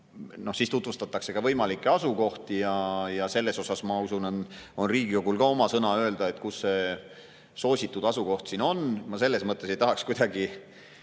ja siis tutvustatakse ka võimalikke asukohti. Seal, ma usun, on Riigikogul ka oma sõna öelda, et kus see soositud asukoht siis on. Ma selles mõttes ei tahaks kuidagi